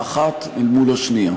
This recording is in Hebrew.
האחת אל מול השנייה.